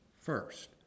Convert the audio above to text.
first